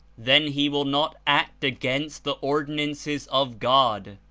then he will not act against the ordinances of god,